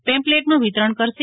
પેમ્ફલેટનુ વિતરણ કરશે